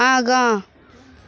आगाँ